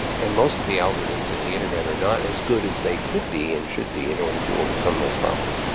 and most of the algorithms in the internet are not as good as they could be and should be in order to overcome those problems.